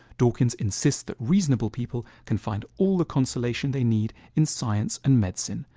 dawkins insists that reasonable people can find all the consolation they need in science and medicine.